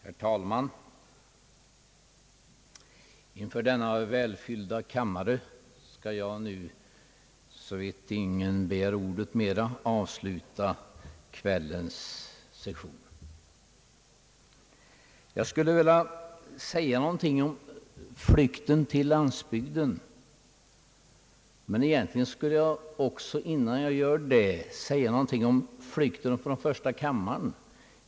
Herr talman! Inför denna »välfyllda» kammare skall jag nu, såvida ingen efter mig begär ordet, avsluta kvällens session. Jag skulle vilja säga någonting om flykten från landsbygden, men innan jag gör det, skulle jag kanske vilja säga någonting om flykten från första kammaren.